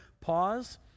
pause